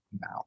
now